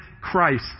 Christ